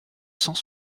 cent